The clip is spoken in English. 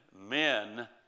men